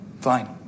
Fine